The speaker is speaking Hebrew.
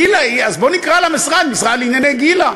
גילה היא, אז בוא נקרא למשרד: משרד לענייני גילה.